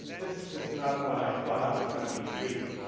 this is not what i thought i was going to be reading.